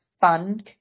fun